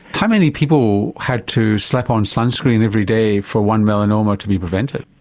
how many people had to slap on sunscreen every day for one melanoma to be prevented?